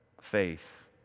faith